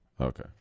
Okay